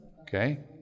Okay